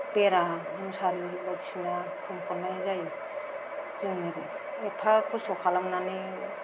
बेरा मुसारि बायदिसिना खोंफबनाय जायो जोङो एफ्फा खस्थ' खालामनानै